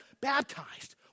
baptized